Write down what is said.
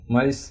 Mas